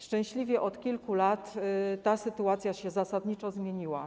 Szczęśliwie przez kilka lat ta sytuacja się zasadniczo zmieniła.